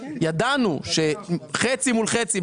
ידענו שחצי מול חצי,